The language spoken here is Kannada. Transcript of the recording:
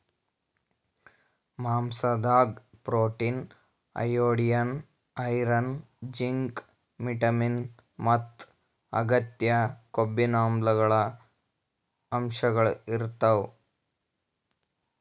ಮಾಂಸಾದಾಗ್ protein, iodine, iron, zinc, vitamins ಮತ್ತ್ ಅಗತ್ಯ ಕೊಬ್ಬಿನಾಮ್ಲಗಳ್ ಅಂಶಗಳ್ ಇರ್ತವ್